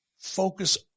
focus